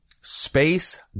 space